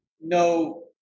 no